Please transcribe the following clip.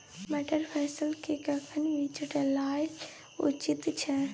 मटर फसल के कखन बीज डालनाय उचित छै?